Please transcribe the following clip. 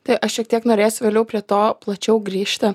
tai aš šiek tiek norėsiu vėliau prie to plačiau grįžti